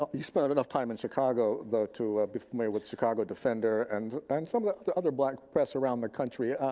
ah you spend enough time in chicago to ah be familiar with chicago defender and and some of the other black press around the country.